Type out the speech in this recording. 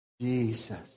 Jesus